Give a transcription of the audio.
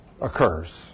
occurs